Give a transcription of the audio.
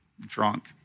drunk